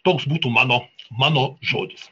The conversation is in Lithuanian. toks būtų mano mano žodis